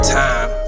time